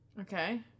Okay